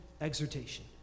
exhortation